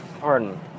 pardon